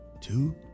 two